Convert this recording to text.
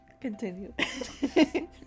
Continue